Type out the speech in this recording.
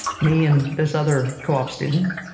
me and this other co-op student.